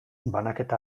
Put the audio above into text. banaketa